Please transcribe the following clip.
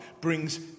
brings